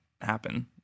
happen